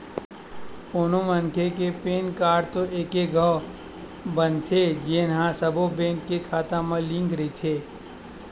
कोनो मनखे के पेन कारड तो एके घांव बनथे जेन ह सब्बो बेंक के खाता म लिंक रहिथे